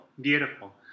beautiful